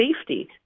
safety